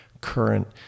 current